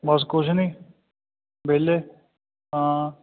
ਬਸ ਕੁਛ ਨਹੀਂ ਵੇਹਲੇ ਹਾਂ